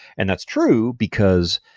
and that's true, because,